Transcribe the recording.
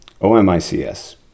O-M-I-C-S